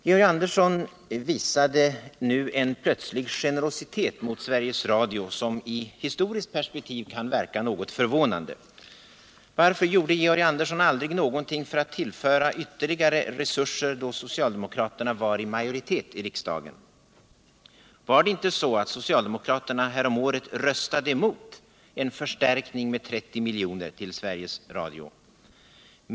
Georg Andersson visade nu en plötslig generositet mot Sveriges Radio, som i historiskt perspektiv kan verka något förvånande. Varför gjorde Georg Andersson aldrig någonting för att tillföra ytterligare resurser då socialdemokraterna var i majoritet i riksdagen? Var det inte så att socialdemokraterna häromåret röstade emot en förstärkning med 30 miljoner till Sveriges Radio?